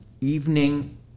evening